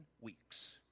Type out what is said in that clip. weeks